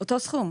אותו הסכום.